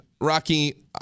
Rocky